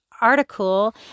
article